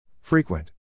Frequent